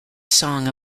song